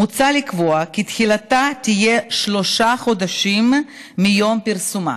מוצע לקבוע כי תחילתה תהיה שלושה חודשים מיום פרסומה.